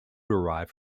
derived